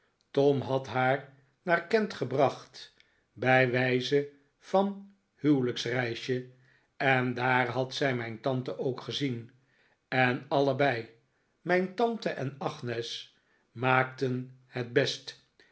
tom had haar naar kent gebracht bij wijze van huwelijksreisje en daar had zij mijn tante ook gezien en allebei mijn tante en agnes maakten het best